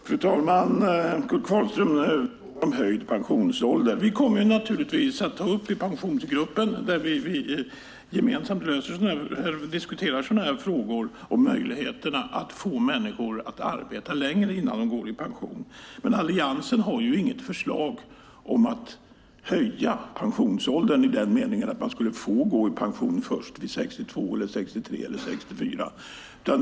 Fru talman! Kurt Kvarnström frågar om höjd pensionsålder. Vi kommer i Pensionsgruppen, där vi gemensamt diskuterar sådana här frågor, naturligtvis att ta upp möjligheterna att få människor att arbeta längre innan de går i pension. Alliansen har dock inget förslag om att höja pensionsåldern i den meningen att man skulle få gå i pension först vid 62, 63 eller 64.